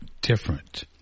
different